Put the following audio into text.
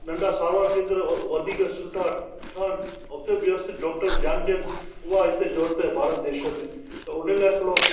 नंढा सावा केंद्र वधीक सुठा ठहनि उते बि डॉक्टर ध्यानु ॾियनि उहा हिते ज़रूरत आहे भारत देश में त उन लाइ थोरो